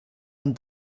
amb